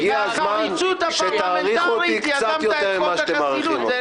הגיע הזמן שתעריך אותי קצת יותר ממה שאתם מעריכים אותי.